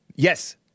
Yes